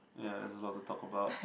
yeah there's a lot to talk about